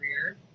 career